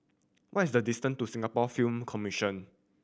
what is the distance to Singapore Film Commission